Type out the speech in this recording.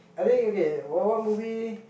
I think okay what what movie